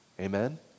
Amen